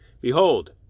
Behold